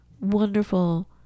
wonderful